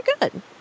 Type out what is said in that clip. good